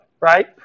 right